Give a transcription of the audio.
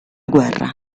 guerra